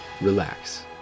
relax